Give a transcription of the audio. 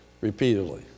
repeatedly